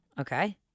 Okay